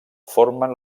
formen